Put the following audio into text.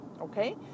Okay